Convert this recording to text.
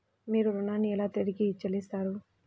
మీరు ఋణాన్ని ఎలా తిరిగి చెల్లిస్తారు?